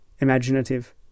imaginative